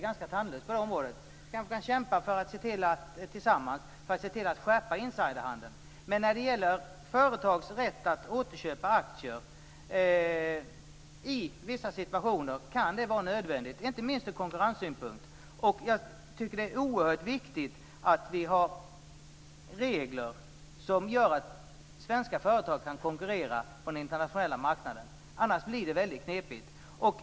Vi kanske tillsammans kan kämpa för att se till att skärpa förutsättningarna för insiderhandel, men när det gäller företags rätt att återköpa aktier i vissa situationer kan det, inte minst ur konkurrenssynpunkt, vara nödvändigt. Det är oerhört viktigt att vi har regler som gör att svenska företag kan konkurrera på den internationella marknaden, annars blir det knepigt.